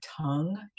tongue